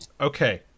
Okay